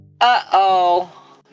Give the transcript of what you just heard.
Uh-oh